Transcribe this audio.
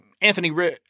Anthony